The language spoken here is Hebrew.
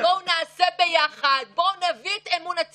השנה, ואני חושב שזה נכון להתחיל בדיון הזה.